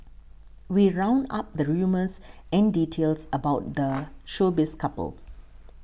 we round up the rumours and details about the showbiz couple